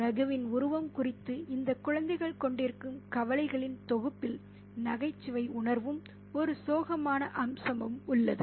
ரகுவின் உருவம் குறித்து இந்த குழந்தைகள் கொண்டிருக்கும் கவலைகளின் தொகுப்பில் நகைச்சுவை உணர்வும் ஒரு சோகமான அம்சமும் உள்ளது